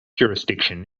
jurisdiction